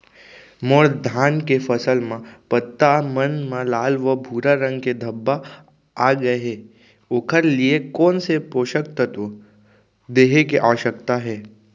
मोर धान के फसल म पत्ता मन म लाल व भूरा रंग के धब्बा आप गए हे ओखर लिए कोन स पोसक तत्व देहे के आवश्यकता हे?